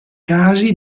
casi